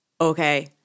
Okay